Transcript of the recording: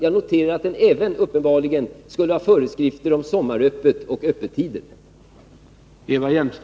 Jag noterar att den uppenbarligen även skulle innehålla föreskrifter om sommaröppet och öppettider.